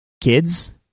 kids